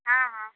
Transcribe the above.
हँ हँ